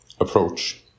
approach